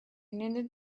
needed